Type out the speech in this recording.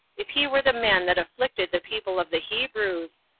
if he were the man that afflicted the people of the hebrews,